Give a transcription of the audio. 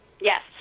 Yes